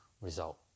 result